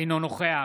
אינו נוכח